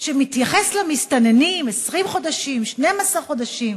שמתייחס למסתננים, 20 חודשים, 12 חודשים,